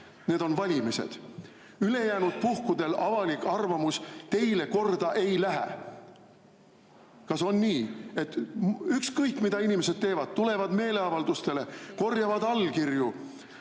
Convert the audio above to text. Need on valimised. Ülejäänud puhkudel avalik arvamus teile korda ei lähe. Kas on nii, et ükskõik, mida inimesed teevad, tulevad meeleavaldustele, korjavad allkirju,